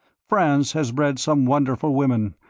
france has bred some wonderful women,